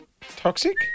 Toxic